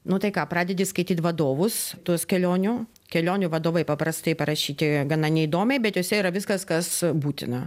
nu tai ką pradedi skaityt vadovus tuos kelionių kelionių vadovai paprastai parašyti gana neįdomiai bet jose yra viskas kas būtina